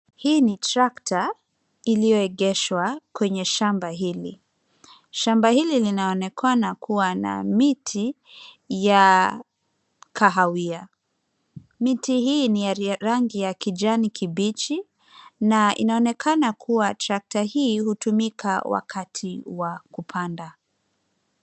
Hii ni trakta iliyoegeshwa kwa shamba hili. Shamba hili linaonekana kuwa na miti ya kahawia. Miti hii ni ya rangi ya kijani kibichi na inaonekana kuwa trakta hii hutumika wakati wa kupanda.